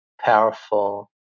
powerful